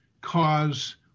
cause